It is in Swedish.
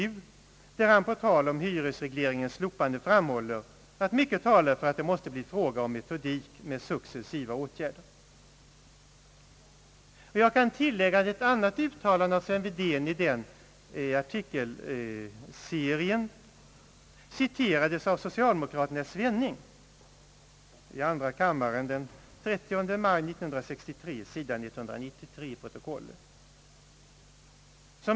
Där framhåller han på tal om hyresregleringens slopande, att mycket talar för att det måste bli fråga om en metodik med successiva åtgärder. Jag kan tillägga att ett annat uttalande av herr Sven Wedén i samma artikelserie citerades av socialdemokraten herr Svenning i andra kammaren den 30 maj 1963 — sidan 193 i protokollet.